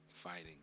Fighting